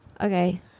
Okay